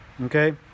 Okay